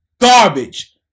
garbage